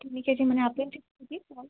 তিনি কেজি মানে আপেল থাকিব আৰু